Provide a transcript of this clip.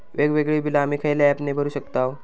वेगवेगळी बिला आम्ही खयल्या ऍपने भरू शकताव?